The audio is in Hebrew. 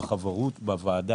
בחברות בוועדה